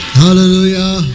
hallelujah